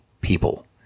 people